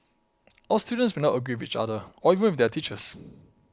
our students may not agree with each other or even with their teachers